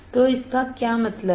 तो इसका क्या मतलब है